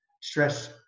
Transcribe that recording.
stress